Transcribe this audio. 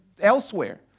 elsewhere